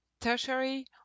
tertiary